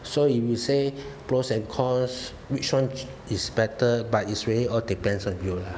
so if you say pros and cons which [one] is better but is really all depends on you lah